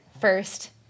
first